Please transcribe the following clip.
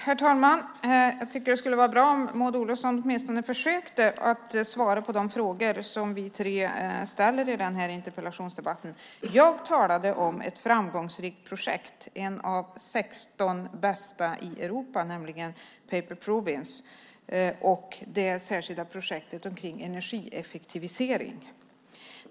Herr talman! Jag tycker att det skulle vara bra om Maud Olofsson åtminstone försökte att svara på de frågor som vi tre ställer i den här interpellationsdebatten. Jag talade om ett framgångsrikt projekt, ett av de 16 bästa i Europa, nämligen Paper Province och det särskilda projektet för energieffektivisering.